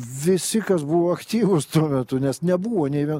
visi kas buvo aktyvūs tuo metu nes nebuvo nei vėl